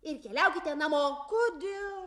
ir keliaukite namo